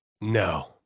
No